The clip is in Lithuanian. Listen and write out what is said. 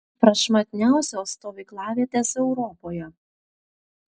prašmatniausios stovyklavietės europoje